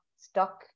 stuck